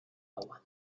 agua